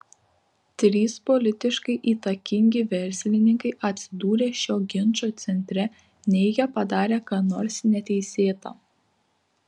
trys politiškai įtakingi verslininkai atsidūrę šio ginčo centre neigia padarę ką nors neteisėta